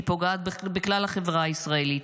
היא פוגעת בכלל החברה הישראלית.